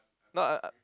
not I I